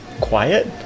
quiet